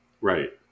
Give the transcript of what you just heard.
Right